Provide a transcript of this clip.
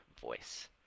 voice